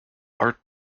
art